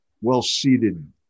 well-seated